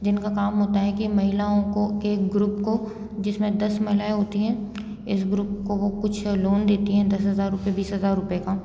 जिनका काम होता है कि महिलाओं को के ग्रूप को जिसमें दस महिलाएं होती हैं इस ग्रूप को वो कुछ लोन देती हैं दस हज़ार रूपये बीस हज़ार रूपये का